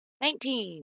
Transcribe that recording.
Nineteen